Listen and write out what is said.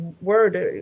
word